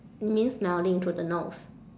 it means smelling through the nose